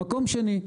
מקום שני.